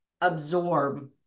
Absorb